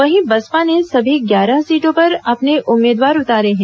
वहीं बसपा ने सभी ग्यारह सीटों पर अपने उम्मीदवार उतारे हैं